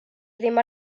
ddim